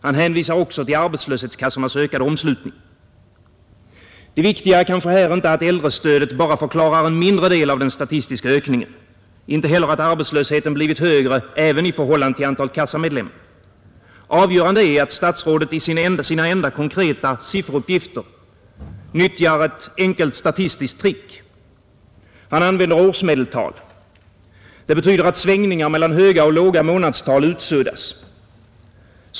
Han hänvisar också till arbetslöshetskassornas ökade omslutning. Det viktiga är kanske här inte att äldrestödet bara förklarar en mindre del av den statistiska ökningen, inte heller att arbetslösheten blivit högre även i förhållande till antalet kassamedlemmar. Avgörande är, att statsrådet i sina enda konkreta sifferuppgifter nyttjar ett enkelt statistiskt trick. Han använder årsmedeltal. Det betyder att svängningar mellan höga och låga månadstal utsuddas.